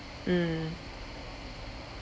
mm